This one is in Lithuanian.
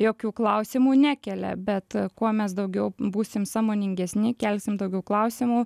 jokių klausimų nekelia bet kuo mes daugiau būsim sąmoningesni kelsim daugiau klausimų